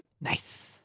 Nice